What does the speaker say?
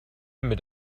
mit